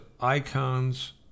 icons